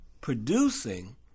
producing